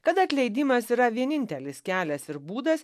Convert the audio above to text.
kad atleidimas yra vienintelis kelias ir būdas